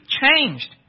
changed